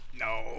no